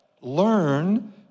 Learn